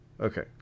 Okay